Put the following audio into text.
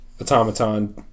Automaton